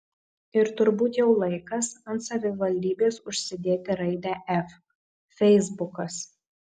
ir turbūt jau laikas ant savivaldybės užsidėti raidę f feisbukas